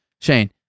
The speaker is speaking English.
Shane